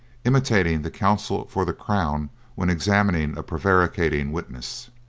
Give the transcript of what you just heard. imitating the counsel for the crown when examining a prevaricating witness.